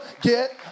get